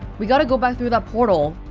we gotta go back through that portal,